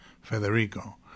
Federico